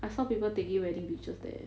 I saw people taking wedding pictures there